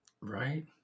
right